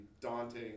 daunting